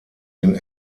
den